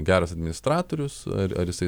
geras administratorius ar ar jisai